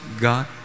God